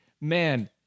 man